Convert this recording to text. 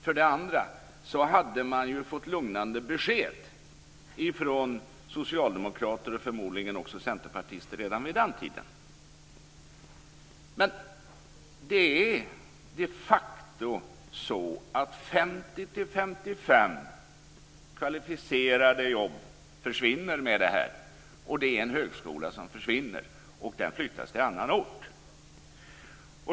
För det andra hade man fått lugnande besked från socialdemokrater och förmodligen också centerpartister. Det är de facto så att 50-55 kvalificerade jobb försvinner, och det är en högskola som försvinner. Den flyttas till annan ort.